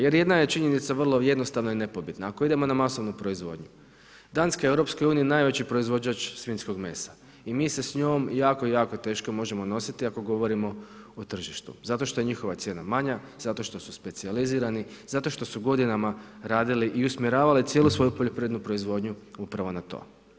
Jer jedna je činjenica vrlo jednostavna i nepobitna, ako idemo na masovnu proizvodnju Danska i EU je najveći proizvođač svinjskog mesa i mi se s njom jako, jako teško možemo nositi ako govorimo o tržištu zato što je njihova cijena manja, zato što su specijalizirani, zato što su godinama radili i usmjeravali cijelu svoju poljoprivrednu proizvodnju upravo na to.